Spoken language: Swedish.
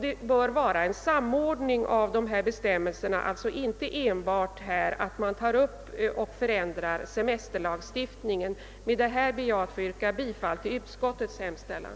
Det bör ske en samordning av samtliga dessa bestämmelser, och det bör alltså inte ske en prövning enbart av frågan om en ändring av semesterlagstiftningen. Med vad jag här anfört ber jag att få yrka bifall till utskottets hemställan.